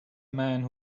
man